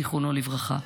זכרונו לברכה,